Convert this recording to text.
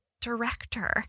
director